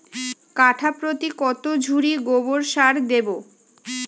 কাঠাপ্রতি কত ঝুড়ি গোবর সার দেবো?